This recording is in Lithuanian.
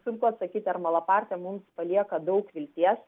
sunku atsakyti ar malapartė mums palieka daug vilties